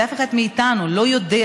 ואף אחד מאיתנו לא יודע,